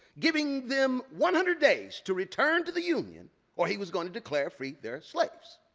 giving them one hundred days to return to the union or he was going to declare free their slaves.